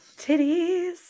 titties